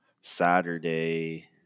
Saturday